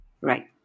right